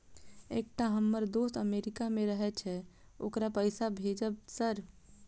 एकटा हम्मर दोस्त अमेरिका मे रहैय छै ओकरा पैसा भेजब सर?